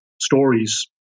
stories